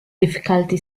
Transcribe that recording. difficulty